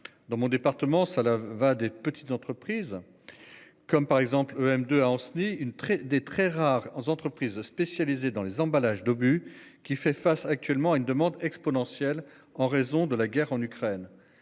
Dans mon département ça là va des petites entreprises. Comme par exemple M2 à Ancenis, une très des très rares entreprises spécialisées dans les emballages d'obus qui fait face actuellement à une demande exponentielle en raison de la guerre en Ukraine.